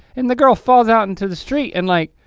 and the girl falls out into the street and like,